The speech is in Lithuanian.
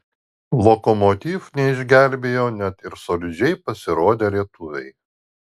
lokomotiv neišgelbėjo net ir solidžiai pasirodę lietuviai